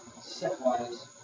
Set-wise